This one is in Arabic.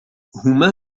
هما